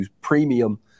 premium